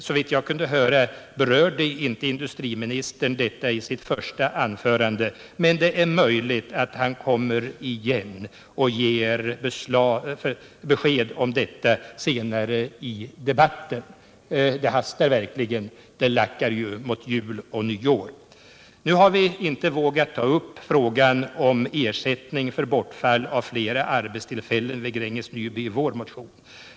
Såvitt jag kunde höra, berörde inte industriministern detta i sitt första anförande, men det är möjligt att han kommer igen och ger besked om detta senare i debatten. Det hastar verkligen, det lackar ju mot jul och nyår. Nu har vi inte vågat ta upp frågan om ersättning för bortfall av flera arbetstillfällen vid Gränges Nyby i vår motion.